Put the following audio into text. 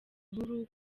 inkuru